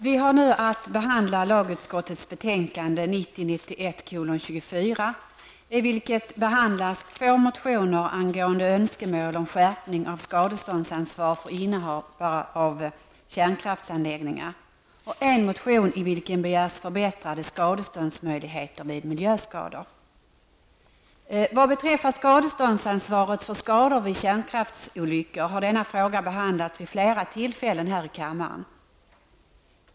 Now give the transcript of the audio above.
Vi har nu att behandla lagutskottets betänkande Vad beträffar skadeståndsansvaret för skador vid kärnkraftsolyckor har denna fråga behandlats vid flera tillfällen här i kammaren.